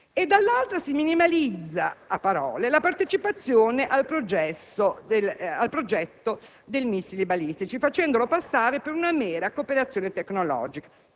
dall'altra, si minimalizza a parole la partecipazione al progetto dei missili balistici, facendolo passare per una mera cooperazione tecnologica,